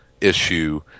issue